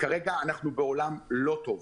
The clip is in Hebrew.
כרגע אנחנו בעולם לא טוב.